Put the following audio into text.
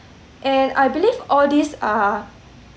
and I believe all these are